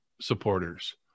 supporters